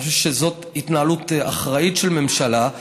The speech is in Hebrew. אני חושב שזאת התנהלות אחראית של ממשלה.